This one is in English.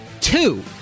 two